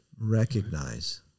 recognize